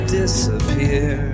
disappear